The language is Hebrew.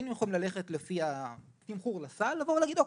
היינו יכולים ללכת לפי התמחור לסל ולהגיד "אוקיי,